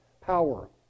power